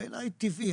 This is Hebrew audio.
בעיניי טבעי,